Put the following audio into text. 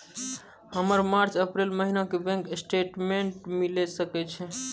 हमर मार्च अप्रैल महीना के बैंक स्टेटमेंट मिले सकय छै?